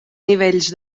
nivells